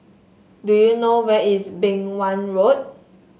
do you know where is Beng Wan Road